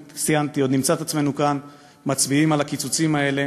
עוד נמצא את עצמנו כאן מצביעים על הקיצוצים האלה